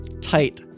tight